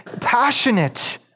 passionate